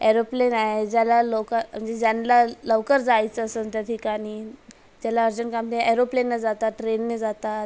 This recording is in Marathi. एअरोप्लेन आहे ज्याला लोक म्हणजे ज्यान्ला लवकर जायचं असन त्या ठिकाणी त्याला अर्जंट काम ते एअरोप्लेनने जातात ट्रेनने जातात